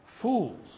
fools